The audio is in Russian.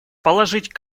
положить